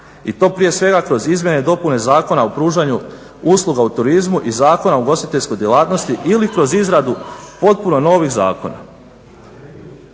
I to prije svega kroz izmjene i dopune Zakona o pružanju usluga u turizmu i Zakona o ugostiteljskoj djelatnosti ili kroz izradu potpuno novih zakona.